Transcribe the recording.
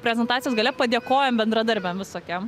prezentacijos gale padėkojam bendradarbiam visokiem